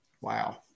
Wow